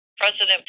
President